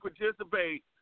participate